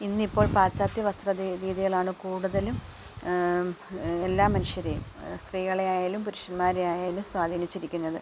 ഇന്നിപ്പോൾ പാശ്ചാത്യ വസ്ത്ര രീതികളാണ് കൂടുതലും എല്ലാ മനുഷ്യരെയും സ്ത്രീകളെ ആയാലും പുരുഷന്മാരെ ആയാലും സ്വാധീനിച്ചിരിക്കുന്നത്